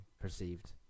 Perceived